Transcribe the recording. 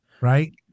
Right